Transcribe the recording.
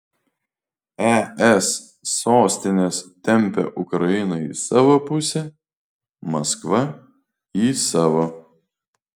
es sostinės tempia ukrainą į savo pusę maskva į savo